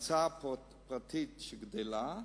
ההוצאה הפרטית שגדלה,